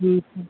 ठीक है